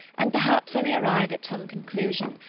and perhaps i may arrive at some conclusion.